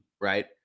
right